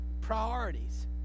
Priorities